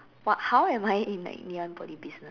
what how am I in like Ngee-Ann Poly business